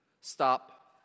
Stop